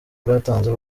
bwatanze